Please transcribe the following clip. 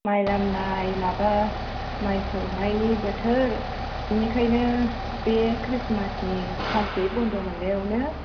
माइ लामनाय माबा माइ सौनायनि बोथोर बेनिखायनो बे क्रिसमासनि सानसे बन्द मोन्नायआवनो